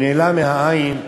הוא נעלם מהעין,